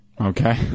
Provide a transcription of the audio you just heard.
Okay